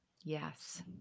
Yes